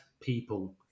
people